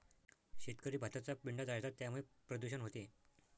शेतकरी भाताचा पेंढा जाळतात त्यामुळे प्रदूषण होते